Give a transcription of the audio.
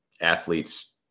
athletes